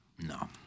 No